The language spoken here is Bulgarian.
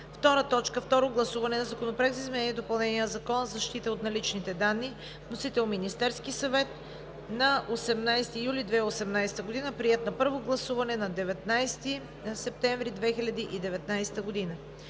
Второ гласуване на Законопроекта за изменение и допълнение на Закона за защита на личните данни. Вносител – Министерският съвет на 18 юли 2018 г. Приет на първо гласуване на 19 септември 2018 г.